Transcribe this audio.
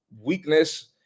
weakness